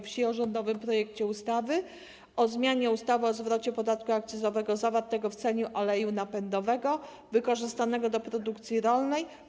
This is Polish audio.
Wsi o rządowym projekcie ustawy o zmianie ustawy o zwrocie podatku akcyzowego zawartego w cenie oleju napędowego wykorzystywanego do produkcji rolnej.